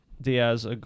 Diaz